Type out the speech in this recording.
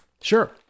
Sure